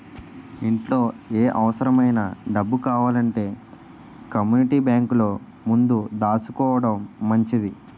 ఇంట్లో ఏ అవుసరమైన డబ్బు కావాలంటే కమ్మూనిటీ బేంకులో ముందు దాసుకోడం మంచిది